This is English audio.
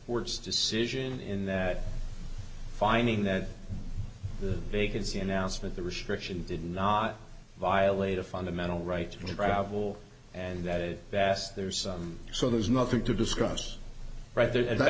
words decision in that finding that the vacancy announcement the restriction did not violate a fundamental right to travel and that it best there's so there's nothing to discuss right there and